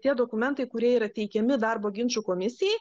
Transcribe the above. tie dokumentai kurie yra teikiami darbo ginčų komisijai